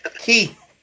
Keith